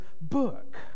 book